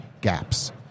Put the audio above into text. gaps